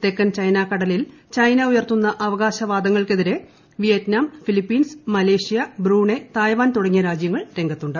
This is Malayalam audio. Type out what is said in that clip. തെക്കൻ ചൈനാ കടലിൽ ക്ടൈന്ന് ഉ്യർത്തുന്ന അവകാശ വാദങ്ങൾക്കെതിരെ Vietnam Philippines Malaysia Brunei Taiwan തുടങ്ങിയ രാജ്യങ്ങൾ രീഗ്ലത്തുണ്ട്